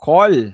Call